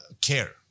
care